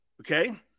Okay